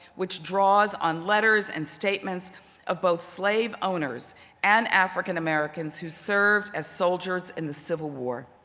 which draws on letters and statements of both slave owners and african-americans who served as soldiers in the civil war.